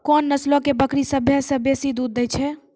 कोन नस्लो के बकरी सभ्भे से बेसी दूध दै छै?